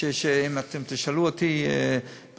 אם אתם תשאלו אותי בכלל,